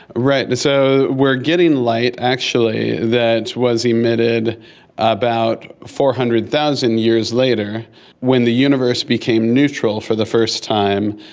right, and so we are getting light actually that was emitted about four hundred thousand years later when the universe became neutral for the first time,